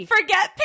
Forget